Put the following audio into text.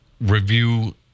review